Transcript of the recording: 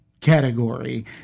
category